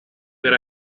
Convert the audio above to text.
per